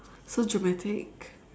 so dramatic